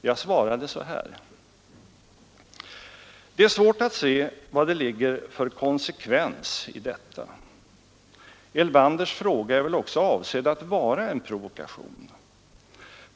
Jag svarade så här: ”Det är svårt att se vad det ligger för ”konsekvens” i detta. Elvanders fråga är väl också avsedd att vara en provokation.